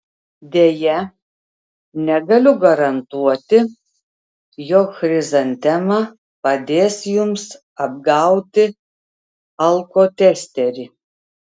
deja negaliu garantuoti jog chrizantema padės jums apgauti alkotesterį